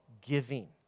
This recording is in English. giving